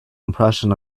impression